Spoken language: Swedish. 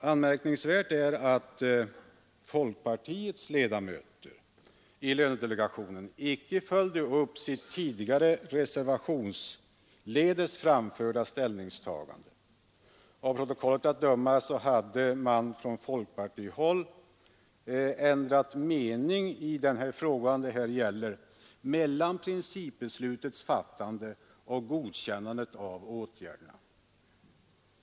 Anmärkningsvärt är att folkpartiets ledamöter i lönedelegationen icke följt upp sitt tidigare reservationsledes framförda ställningstagande. Av redogörelsen att döma hade man från folkpartihåll ändrat mening i den fråga det här gäller mellan principbeslutets fattande och godkännandet av åtgärderna.